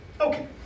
Okay